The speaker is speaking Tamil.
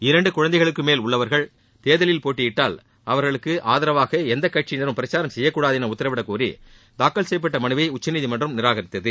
இரண்டு குழந்தைகளுக்குமேல் உள்ளவர்கள் தேர்தலில் போட்டியிட்டால் அவர்களுக்கு ஆதரவாக எந்த கட்சியினரும் பிரச்சாரம் செய்யக்கூடாது என உத்தரவிடக்கோரி தாக்கல் செய்யப்பட்ட மனுவை உச்சநீதிமன்றம் நிராகரித்தது